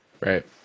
Right